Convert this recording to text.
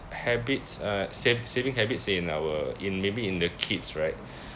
habits uh sa~ saving habits in our in maybe in the kids right